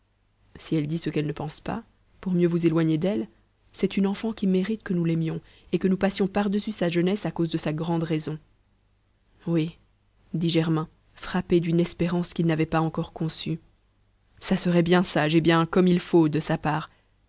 si elle dit ce qu'elle ne pense pas pour mieux vous éloigner d'elle c'est une enfant qui mérite que nous l'aimions et que nous passions par-dessus sa jeunesse à cause de sa grande raison oui dit germain frappé d'une espérance qu'il n'avait pas encore conçue ça serait bien sage et bien comme il faut de sa part